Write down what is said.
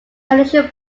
additional